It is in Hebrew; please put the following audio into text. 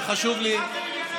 וחשוב לי,